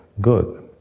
good